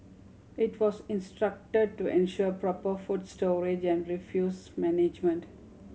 it was instructed to ensure proper food storage and refuse management